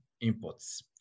imports